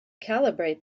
calibrate